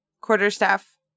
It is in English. quarterstaff